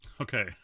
Okay